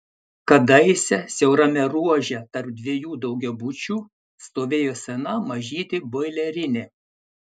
kadaise siaurame ruože tarp dviejų daugiabučių stovėjo sena mažytė boilerinė